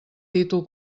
títol